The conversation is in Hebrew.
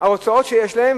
ההוצאות שיש להם,